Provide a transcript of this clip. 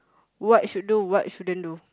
what should do what shouldn't do